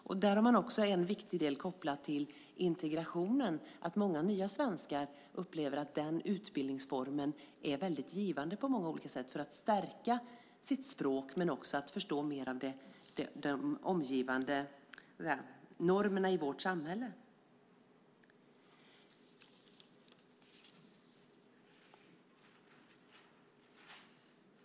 Där har man också en viktig del kopplat till integrationen. Många nya svenskar upplever att den utbildningsformen är väldigt givande på många olika sätt för att stärka sitt språk men också förstå mer av de omgivande normerna i vårt samhälle.